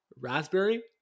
raspberry